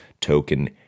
token